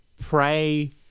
Pray